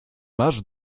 masz